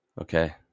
Okay